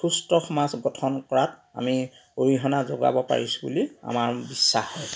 সুস্থ সমাজ গঠন কৰাত আমি অৰিহণা যোগাব পাৰিছোঁ বুলি আমাৰ বিশ্বাস হয়